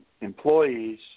employees